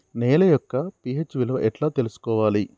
నేల యొక్క పి.హెచ్ విలువ ఎట్లా తెలుసుకోవాలి?